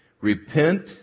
Repent